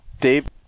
Dave